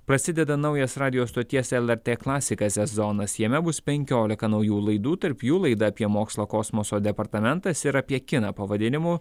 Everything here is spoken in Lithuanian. prasideda naujas radijo stoties lrt klasika sezonas jame bus penkiolika naujų laidų tarp jų laida apie mokslą kosmoso departamentas ir apie kiną pavadinimu